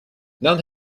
not